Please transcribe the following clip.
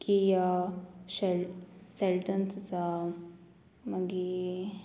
की या शेल्ट सॅल्टन्स आसा मागी